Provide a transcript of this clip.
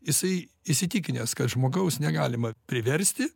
jisai įsitikinęs kad žmogaus negalima priversti